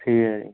ठीक ऐ जी